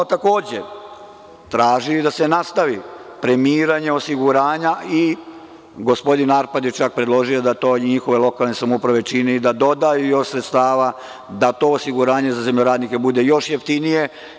Takođe smo tražili da se nastavi premiranje osiguranja i gospodin Arpad je čak predložio da to njihove lokalne samouprave čine i da dodaju još sredstava da to osiguranje za zemljoradnike bude još jeftinije.